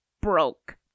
broke